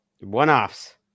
One-offs